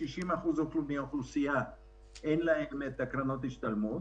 60% מהאוכלוסייה שאין להם קרנות השתלמות.